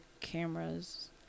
cameras